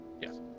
Yes